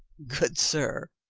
good sir,